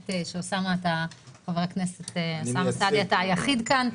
אוסאמה, אתה היחיד כאן.